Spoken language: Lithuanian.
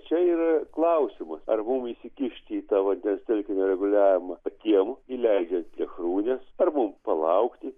čia yra klausimas ar mum įsikišti į tą vandens telkinio reguliavimą patiem įleidžiant plėšrūnes ar mum palaukti